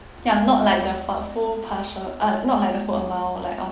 ya not like the f~ full partial uh not like the full amount like our